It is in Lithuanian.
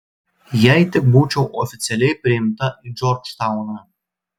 jei tik būčiau oficialiai priimta į džordžtauną